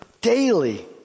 daily